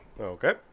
Okay